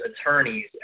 attorney's